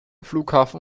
flughafen